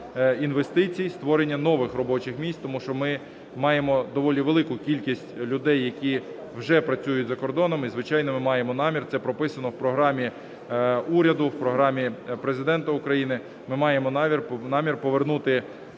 інвестицій, створення нових робочих місць, тому що ми маємо доволі велику кількість людей, які вже працюють за кордоном. І, звичайно, ми маємо намір, це прописано в програмі уряду, у програмі Президента України, ми маємо намір повернути